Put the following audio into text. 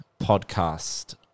podcast